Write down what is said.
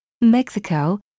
Mexico